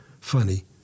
funny